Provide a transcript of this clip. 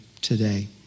today